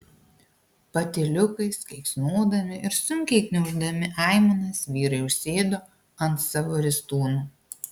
patyliukais keiksnodami ir sunkiai gniauždami aimanas vyrai užsėdo ant savo ristūnų